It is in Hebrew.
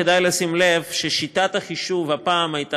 כדאי לשים לב ששיטת החישוב הפעם הייתה